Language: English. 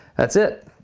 that's it.